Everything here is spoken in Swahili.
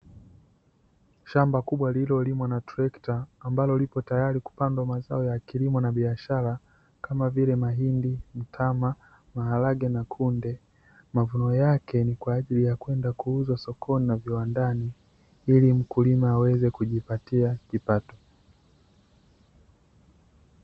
Shamba kubwa lililolimwa na trekta, ambalo lipo tayari kupandwa mazao ya kilimo na biashara, kama vile: mahindi, mtama, maharage na kunde. Mavuno yake kwa ajili ya kwenda kuuzwa sokoni na viwandani ili mkulima aweze kujipatia kipato.